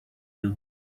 you